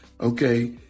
Okay